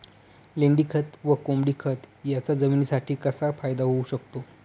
लेंडीखत व कोंबडीखत याचा जमिनीसाठी कसा फायदा होऊ शकतो?